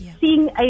Seeing